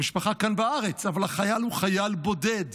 המשפחה כאן בארץ, אבל החייל הוא חייל בודד.